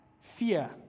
fear